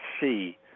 see